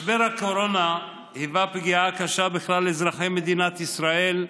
משבר הקורונה היווה פגיעה קשה בכלל אזרחי מדינת ישראל,